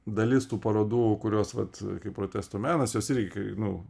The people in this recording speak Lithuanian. dalis tų parodų kurios vat kaip protesto menas jos irgi kai nu